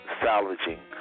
salvaging